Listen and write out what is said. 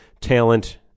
talent